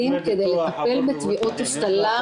כעבור שבוע-שבועיים חזרו לעבודה,